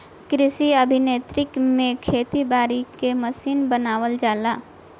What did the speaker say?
कृषि अभियांत्रिकी में खेती बारी के मशीन बनावल जाला